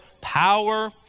power